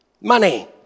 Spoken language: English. Money